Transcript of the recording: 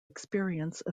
experience